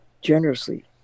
generously